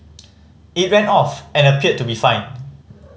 it ran off and appeared to be fine